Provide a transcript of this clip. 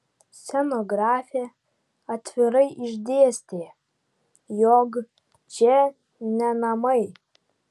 scenografė atvirai išdėstė jog čia ne namai